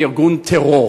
כארגון טרור,